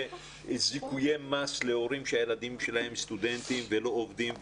זיכויי מס להורים שהילדים שלהם סטודנטים ולא עובדים,